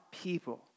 people